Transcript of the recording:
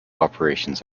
operations